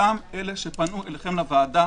אותם אלה שפנו אליכם לוועדה,